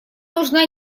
нужна